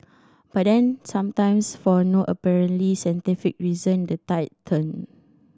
but then sometimes for no apparently scientific reason the tide turn